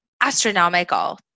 astronomical